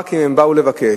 רק אם הם באו לבקש.